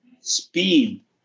Speed